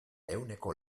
ehuneko